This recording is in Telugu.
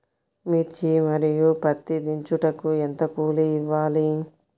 మిర్చి మరియు పత్తి దించుటకు ఎంత కూలి ఇవ్వాలి?